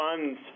funds